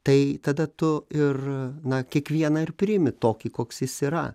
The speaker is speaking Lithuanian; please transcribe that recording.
tai tada tu ir na kiekvieną ir priimi tokį koks jis yra